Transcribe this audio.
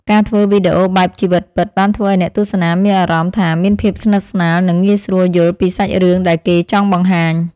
ការធ្វើវីដេអូបែបជីវិតពិតបានធ្វើឱ្យអ្នកទស្សនាមានអារម្មណ៍ថាមានភាពស្និទ្ធស្នាល និងងាយស្រួលយល់ពីសាច់រឿងដែលគេចង់បង្ហាញ។